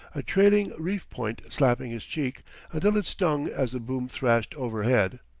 a trailing reef-point slapping his cheek until it stung as the boom thrashed overhead.